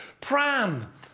pram